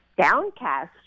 downcast